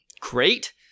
great